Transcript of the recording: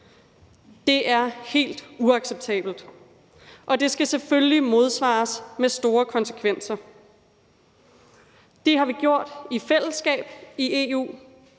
Det er helt uacceptabelt, og det skal selvfølgelig modsvares med store konsekvenser. Det har vi gjort i fællesskab i EU,